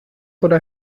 oder